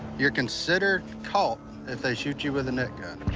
you're considered caught if they shoot you with a net gun.